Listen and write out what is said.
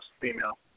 female